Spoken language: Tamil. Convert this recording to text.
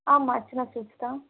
ஆமாம் அர்ச்சனா ஸ்வீட்ஸ் தான்